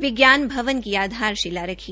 विज्ञान भवन की आधारशिला रखी